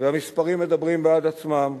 והמספרים מדברים בעד עצמם.